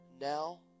now